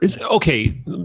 okay